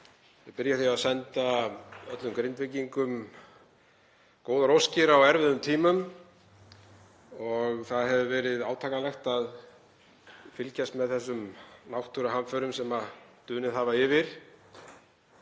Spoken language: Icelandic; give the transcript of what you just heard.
vil byrja á því að senda öllum Grindvíkingum góðar óskir á erfiðum tímum. Það hefur verið átakanlegt að fylgjast með þessum náttúruhamförum sem dunið hafa yfir